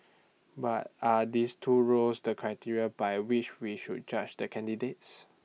but are these two roles the criteria by which we should judge the candidates